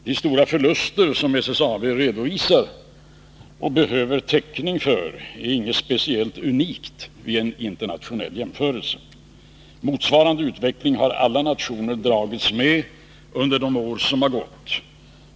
De stora förluster som SSAB redovisar och behöver täckning för är inget speciellt unikt vid en internationell jämförelse. Motsvarande utveckling har alla nationer dragits med under de år som har gått.